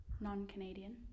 non-Canadian